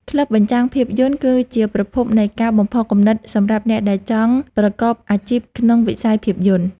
ក្លឹបបញ្ចាំងភាពយន្តគឺជាប្រភពនៃការបំផុសគំនិតសម្រាប់អ្នកដែលចង់ប្រកបអាជីពក្នុងវិស័យភាពយន្ត។